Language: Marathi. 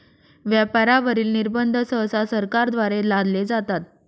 व्यापारावरील निर्बंध सहसा सरकारद्वारे लादले जातात